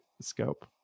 scope